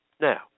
Now